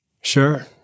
Sure